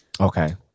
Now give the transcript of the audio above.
Okay